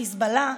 חיזבאללה,